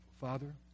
Father